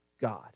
God